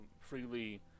freely